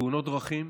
תאונות דרכים,